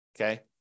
Okay